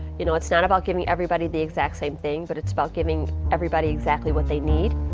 you know it's not about giving everybody the exact same thing. but it's about giving everybody exactly what they need.